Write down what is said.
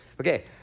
Okay